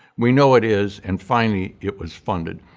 we know it is and finally it was funded.